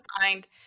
find